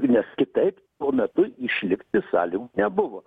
nes kitaip tuo metu išlikti salygų nebuvo